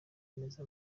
meza